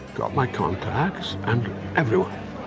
got my contacts everywhere.